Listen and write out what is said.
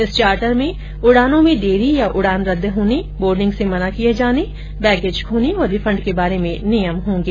इस चार्टर में उड़ानों में देरी या उड़ान रद्द होने बोर्डिंग से मना किया जाने बैगेज खोने और रिफंड के बारे में नियम होंगे